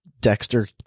Dexter